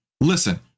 listen